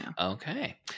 okay